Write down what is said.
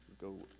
go